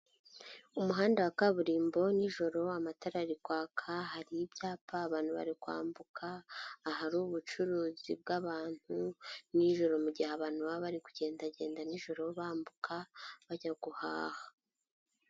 Umuhanda wa kaburimbo nijoro amatara ari kwaka, hari ibyapa abantu bari kwambuka, ahari ubucuruzi bw'abantu nijoro mugihe abantu baba bari kugendagenda nijoro bambuka bajya guhaha.